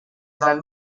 del